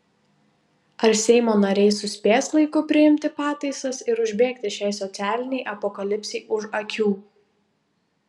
ar seimo nariai suspės laiku priimti pataisas ir užbėgti šiai socialinei apokalipsei už akių